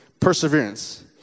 perseverance